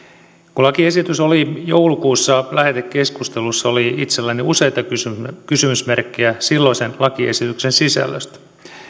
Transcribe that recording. kun lakiesitys oli joulukuussa lähetekeskustelussa oli itselläni useita kysymysmerkkejä silloisen lakiesityksen sisällöstä